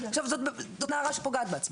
זאת נערה שפוגעת בעצמה.